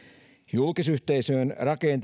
julkisyhteisön